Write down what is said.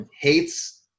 hates